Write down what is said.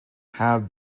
have